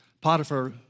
Potiphar